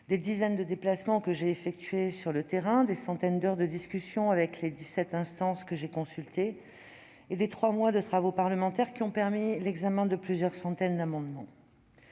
des dizaines de déplacements que j'ai effectués sur le terrain, des centaines d'heures de discussions avec les dix-sept instances que j'ai consultées, et à l'issue des trois mois de travaux parlementaires ayant permis l'examen de plusieurs centaines d'amendements.